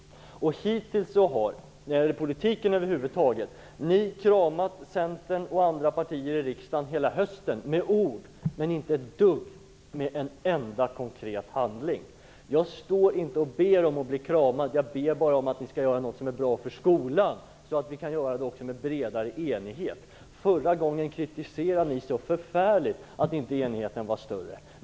När det gäller politiken över huvud taget har ni hittills kramat Centern och andra partier i riksdagen under hela hösten genom ord men inte genom en enda konkret handling. Jag står inte här och ber om att bli kramad. Jag ber bara om att ni skall göra något som är bra för skolan, så att vi kan göra något med bredare enighet. Förut kritiserade ni så förfärligt att inte enigheten var större.